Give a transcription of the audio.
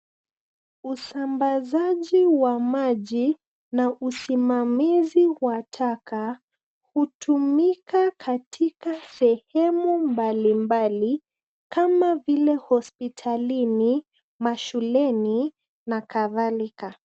Usambazaji wa maji na usimamizi wa taka hutumika katika sehemu mbalimbali kama vile hospitalini, mashuleni na kadhalika.